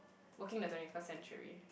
working the twenty-first century